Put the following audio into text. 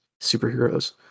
superheroes